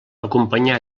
acompanyà